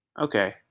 Okay